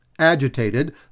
agitated